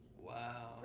Wow